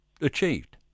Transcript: achieved